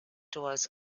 doors